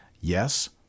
Yes